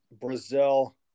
Brazil